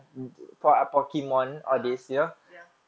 mm a'ah ya